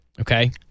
okay